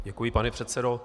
Děkuji, pane předsedo.